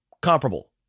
comparable